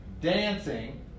Dancing